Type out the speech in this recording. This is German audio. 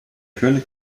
könig